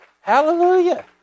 Hallelujah